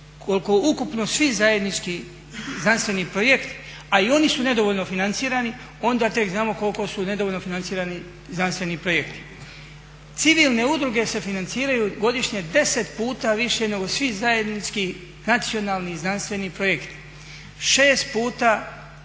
ukupno svi zajednički znanstveni projekti a i oni su nedovoljno financirani, onda tek znamo koliko su nedovoljno financirani znanstveni projekti. Civilne udruge se financiraju godišnje 10 puta više nego svi zajednički nacionalni i znanstveni projekt. 6 puta